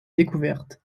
découverte